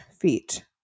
feet